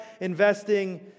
investing